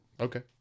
Okay